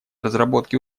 разработки